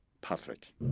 Patrick